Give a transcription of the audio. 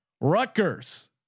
Rutgers